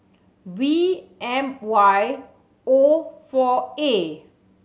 V M Y O four A